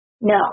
No